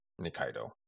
nikaido